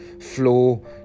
flow